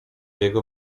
jego